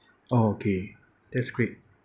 okay that's great